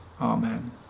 Amen